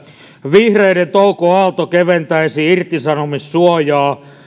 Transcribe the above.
vihreiden touko aalto keventäisi irtisanomissuojaa